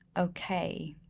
okay,